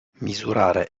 misurare